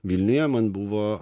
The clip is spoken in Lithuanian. vilniuje man buvo